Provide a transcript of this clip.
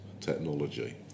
technology